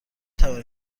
توانید